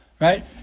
Right